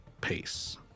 pace